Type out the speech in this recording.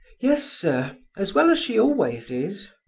yes, sir as well as she always is,